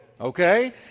Okay